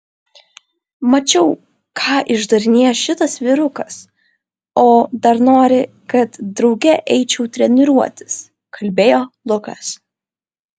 mačiau ką išdarinėja šitas vyrukas o dar nori kad drauge eičiau treniruotis kalbėjo lukas